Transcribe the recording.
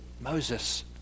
Moses